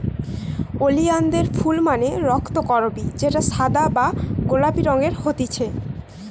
ওলিয়ানদের ফুল মানে রক্তকরবী যেটা সাদা বা গোলাপি রঙের হতিছে